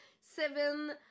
seven